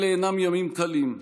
אלה אינם ימים קלים.